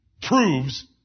proves